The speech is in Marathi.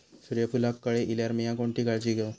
सूर्यफूलाक कळे इल्यार मीया कोणती काळजी घेव?